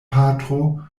patro